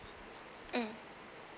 mm